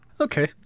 Okay